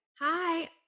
Hi